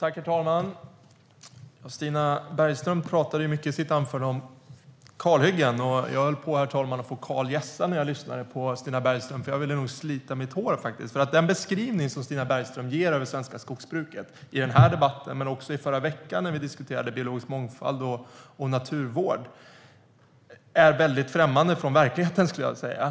Herr talman! Stina Bergström pratade mycket i sitt anförande om kalhyggen. Jag höll, herr talman, på att få kal hjässa när jag lyssnade på Stina Bergström eftersom jag ville slita mitt hår. Den beskrivning som Stina Bergström ger av det svenska skogsbruket i den här debatten och gav i förra veckan när vi diskuterade biologisk mångfald och naturvård är främmande från verkligheten.